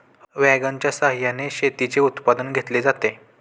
वॅगनच्या सहाय्याने शेतीचे उत्पादन घेतले जाते